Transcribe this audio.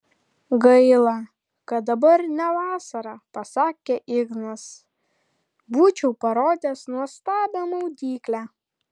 gaila kad dabar ne vasara pasakė ignas būčiau parodęs nuostabią maudyklę